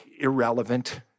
irrelevant